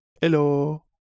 Hello